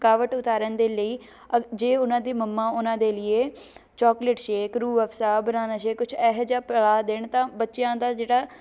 ਥਕਾਵਟ ਉਤਾਰਨ ਦੇ ਲਈ ਅਗ ਜੇ ਉਹਨਾਂ ਦੇ ਮੰਮਾ ਉਹਨਾਂ ਦੇ ਲੀਏ chocolate shake Rooh Afza banana shake ਕੁਝ ਇਹ ਜਿਹਾ ਪਿਲਾ ਦੇਣ ਤਾਂ ਬੱਚਿਆਂ ਦਾ ਜਿਹੜਾ